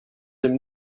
him